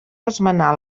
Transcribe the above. esmenar